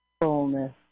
fullness